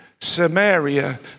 Samaria